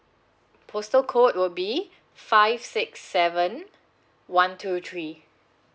postal code will be five six seven one two three